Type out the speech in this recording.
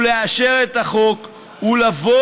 הוא לאשר את החוק ולבוא